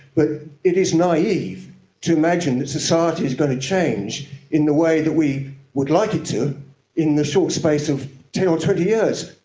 but it is naive to imagine that society is going to change in the way that we would like it to in the short space of ten or twenty years.